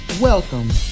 Welcome